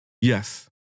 Yes